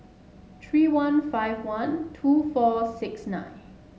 three one five one two four six nine